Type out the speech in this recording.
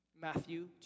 Matthew